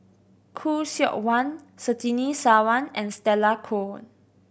Khoo Seok Wan Surtini Sarwan and Stella Kon